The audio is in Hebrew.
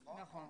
נכון?